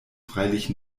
freilich